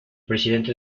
presidente